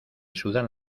sudan